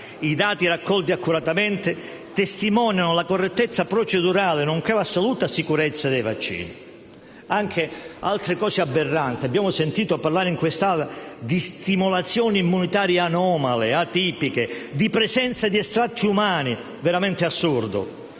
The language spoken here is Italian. I dati raccolti accuratamente testimoniano la correttezza procedurale nonché l'assoluta sicurezza dei vaccini. Ci sono anche altre cose aberranti. Abbiamo sentito parlare in quest'Aula di stimolazioni immunitarie anomale, atipiche, di presenza di estratti umani: veramente assurdo.